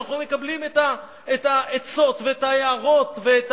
אנחנו מקבלים את העצות ואת ההערות ואת